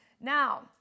Now